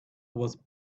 was